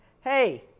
hey